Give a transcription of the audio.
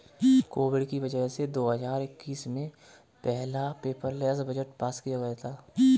Covid की वजह से दो हजार इक्कीस में पहला पेपरलैस बजट पास किया गया था